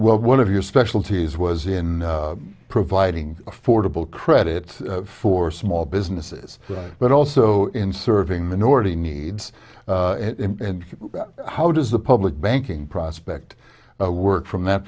well one of your specialties was in providing affordable credit for small businesses but also in serving minority needs and how does the public banking prospect work from that